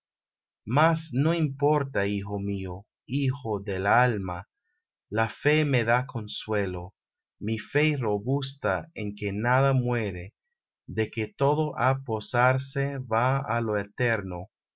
mas no importa hijo mío hijo del alma la fe me da consuelo mi fe robusta de que nada muere de que todo á posarse va á lo eterno